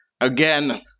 again